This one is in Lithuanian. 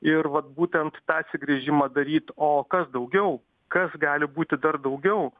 ir vat būtent tą atsigręžimą daryt o kas daugiau kas gali būti dar daugiau